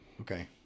Okay